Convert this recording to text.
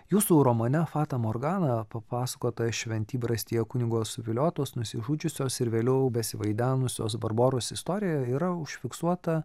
jūsų romane fata morgana papasakota šventybrastyje kunigo suviliotos nusižudžiusios ir vėliau besivaidenusios barboros istorija yra užfiksuota